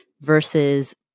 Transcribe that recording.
versus